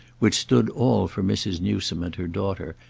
which stood all for mrs. newsome and her daughter,